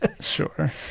Sure